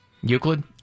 Euclid